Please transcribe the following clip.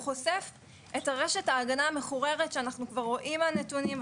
הוא חושף את רשת ההגנה המחוררת שאנחנו כבר רואים נתונים,